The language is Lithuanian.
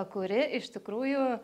kuri iš tikrųjų